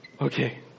Okay